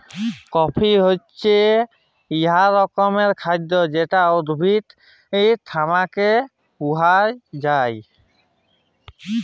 coffee হছে ইক রকমের খাইদ্য যেট উদ্ভিদ থ্যাইকে পাউয়া যায়